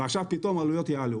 עכשיו פתאום העלויות יעלו